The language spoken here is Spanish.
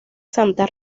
santa